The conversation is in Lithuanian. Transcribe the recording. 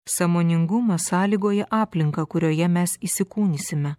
sąmoningumas sąlygoja aplinką kurioje mes įsikūnysime